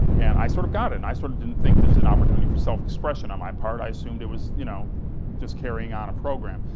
and i sort of got it, and i sort of didn't think this was an opportunity for self-expression on my part, i assumed it was you know just carrying on a program.